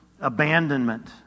abandonment